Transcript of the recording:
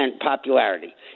popularity